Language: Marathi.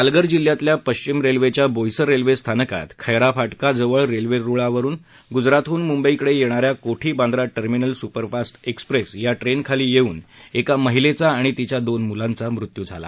पालघर जिल्ह्यातल्या पश्चिम रेल्वेच्या बोईसर रेल्वे स्थानकात खैराफाटका जवळ रेल्वेरुळावर गुजरातहून मुंबईकडे येणा या कोठी बांद्रा टर्मिनल सुपरफास्ट एक्सप्रेस या ट्रेन खाली येऊन एका महिलेचा आणि तिच्या दोन मुलांचा मृत्यू झाला